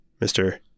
Mr